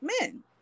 men